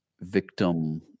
victim